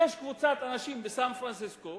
יש קבוצת אנשים בסן-פרנסיסקו